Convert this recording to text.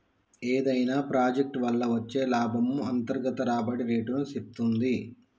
ఏదైనా ప్రాజెక్ట్ వల్ల వచ్చే లాభము అంతర్గత రాబడి రేటుని సేప్తుంది